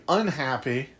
unhappy